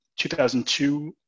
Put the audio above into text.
2002